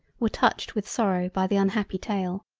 were touched with sorrow, by the unhappy tale.